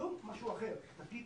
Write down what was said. היום זה משהו אחר, התפקיד